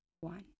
one